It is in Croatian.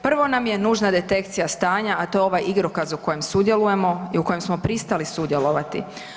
Prvo nam je nužna detekcija stanja, a to je ovaj igrokaz u kojem sudjelujemo i u kojem smo pristali sudjelovati.